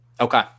Okay